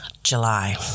July